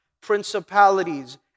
principalities